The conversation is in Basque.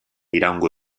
iraungo